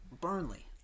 Burnley